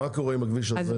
מה קורה עם הכביש הזה?